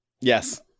Yes